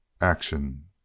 Action